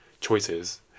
choices